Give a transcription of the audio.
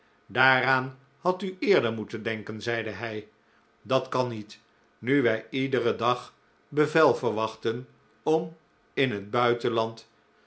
daaraan had u eerder moeten denken zeide hij dat kan niet nu wij iederen dag bevel verwachten om in het buitenland